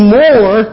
more